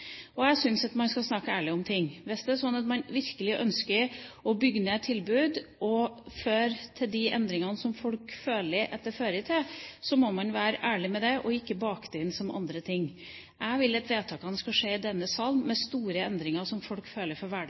går. Jeg syns at man skal snakke ærlig om ting. Hvis det er slik at man virkelig ønsker å bygge ned tilbud, og det fører til de endringene som folk føler at det fører til, så må man være ærlig med det og ikke «bake det inn» som andre ting. Jeg vil at vedtakene skal skje i denne salen, vedtak som innebærer store endringer for